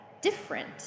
different